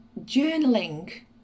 journaling